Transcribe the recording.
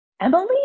Emily